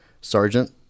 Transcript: Sergeant